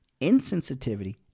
insensitivity